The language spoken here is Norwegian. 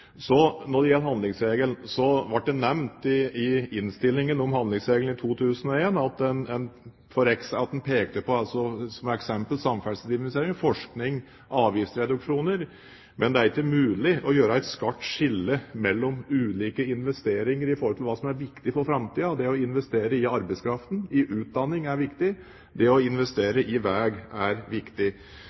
Når det gjelder handlingsregelen: Det ble nevnt i innstillingen om handlingsregelen i 2001 at en pekte på eksempelvis samferdselsinvesteringer, forskning og avgiftsreduksjoner. Men det er ikke mulig å gjøre et skarpt skille mellom ulike investeringer i forhold til hva som er viktig for framtiden, og det å investere i arbeidskraften og i utdanning er viktig. Det å investere i veg er viktig.